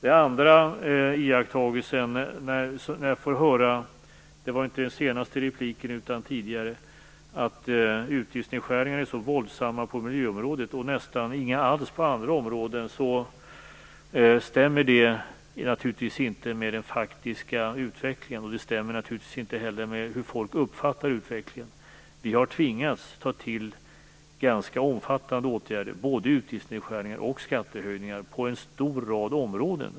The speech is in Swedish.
En annan iakttagelse gäller det som jag fick höra i ett tidigare inlägg, nämligen att utgiftsnedskärningarna är våldsamma på miljöområdet, medan det nästan inte finns några utgiftsnedskärningar på andra områden. Det stämmer naturligtvis inte med den faktiska utvecklingen och självfallet inte heller med hur folk uppfattar utvecklingen. Vi har tvingats ta till ganska omfattande åtgärder - både utgiftsnedskärningar och skattehöjningar - på en lång rad områden.